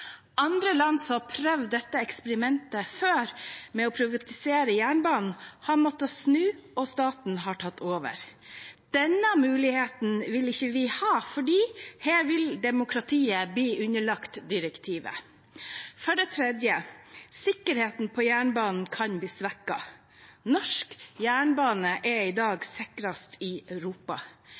Andre land som har prøvd dette eksperimentet før, å privatisere jernbanen, har måttet snu, og staten har tatt over. Den muligheten vil ikke vi ha, for her vil demokratiet bli underlagt direktivet. For det tredje: Sikkerheten på jernbanen kan bli svekket. Norsk jernbane er i dag den sikreste i Europa.